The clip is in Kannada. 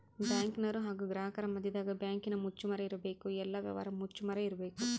ಬ್ಯಾಂಕಿನರು ಹಾಗು ಗ್ರಾಹಕರ ಮದ್ಯದಗ ಬ್ಯಾಂಕಿನ ಮುಚ್ಚುಮರೆ ಇರಬೇಕು, ಎಲ್ಲ ವ್ಯವಹಾರ ಮುಚ್ಚುಮರೆ ಇರಬೇಕು